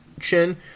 chin